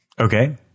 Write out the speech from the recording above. Okay